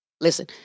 Listen